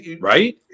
right